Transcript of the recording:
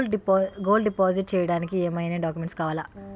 Gold deposit చేయడానికి ఏమైనా documents కావాలా?